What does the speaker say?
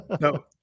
No